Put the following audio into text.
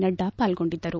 ನಡ್ಡಾ ಪಾಲ್ಗೊಂಡಿದ್ದರು